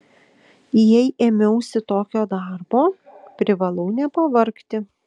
jei ėmiausi tokio darbo privalau nepavargti